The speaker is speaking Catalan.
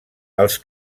els